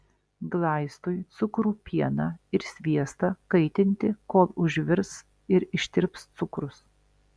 glaistui cukrų pieną ir sviestą kaitinti kol užvirs ir ištirps cukrus